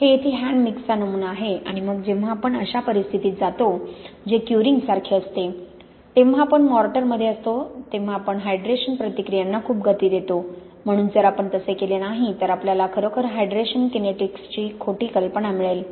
हे येथे हँड मिक्सचा नमुना आहे आणि मग जेव्हा आपण अशा परिस्थितीत जातो जे क्यूरिंगसारखे असते तेव्हा आपण मॉर्टर मध्ये असतो तेव्हा आपण हायड्रेशन प्रतिक्रियांना खूप गती देतो म्हणून जर आपण तसे केले नाही तर आपल्याला खरोखर हायड्रेशन किनेटिक्सची खोटी कल्पना मिळेल